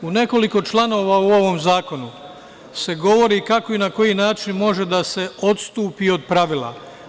U nekoliko članova u ovom zakonu se govori kako i na koji način može da se odstupi od pravila.